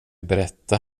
berätta